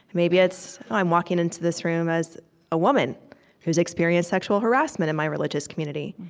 maybe it's i'm walking into this room as a woman who's experienced sexual harassment in my religious community.